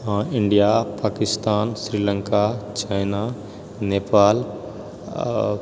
India Pakistan Sri Lanka China Nepal आ